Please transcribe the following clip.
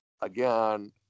again